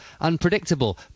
unpredictable